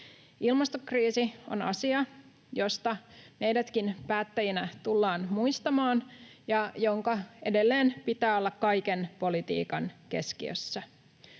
Ilmastokriisi on asia, josta meidätkin päättäjinä tullaan muistamaan ja jonka edelleen pitää olla kaiken politiikan keskiössä.